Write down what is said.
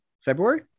February